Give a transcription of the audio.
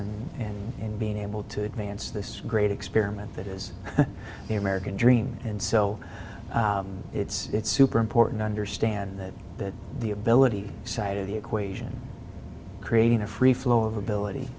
governance and in being able to advance this great experiment that is the american dream and so it's super important to understand that that the ability side of the equation creating a free flow of ability